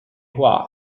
hua